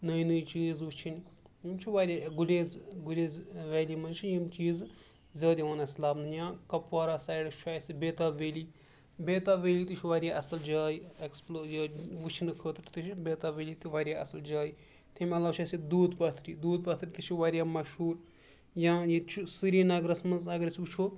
نٔے نٔے چیٖز وُچھِنۍ یِم چھُ واریاہ گُریز گُریز ویلی منٛز چھِ یِم چیٖزٕ زیادٕ یِوان اَسہِ لَبنہٕ یا کَپوارہ سایڈس چھُ اَسہِ بیتاب ویلی بیتاب ویلی تہِ چھُ واریاہ جاے ایکٕسپلور یہِ وٕچھِنہٕ خٲطرٕ تہِ چھُ بیتاب ویلی تہِ واریاہ اَصٕل جاے تمہِ علاوٕ چھِ اَسہِ ییٚتہِ دوٗد پَتھری دوٗد پَتھٕر تہِ چھِ واریاہ مشہوٗر یا ییٚتہِ چھُ سرینگرَس منٛز اگر أسۍ وٕچھو